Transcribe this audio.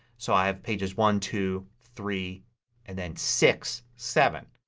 so i have pages one, two, three and then six, seven.